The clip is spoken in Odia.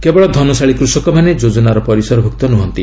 କେବଳ ଧନଶାଳୀ କୃଷକମାନେ ଯୋଜନାର ପରିସରଭୁକ୍ତ ନୁହନ୍ତି